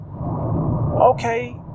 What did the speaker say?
okay